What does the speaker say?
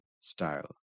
style